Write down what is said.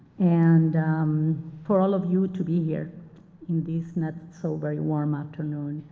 and um for all of you to be here in this not so very warm afternoon.